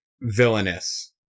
villainous